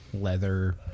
leather